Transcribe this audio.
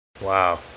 wow